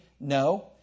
No